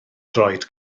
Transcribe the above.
droed